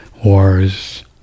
wars